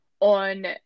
on